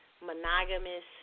Monogamous